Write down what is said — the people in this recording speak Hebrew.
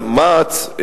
אבל מע"צ,